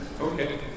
Okay